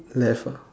left ah